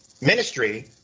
ministry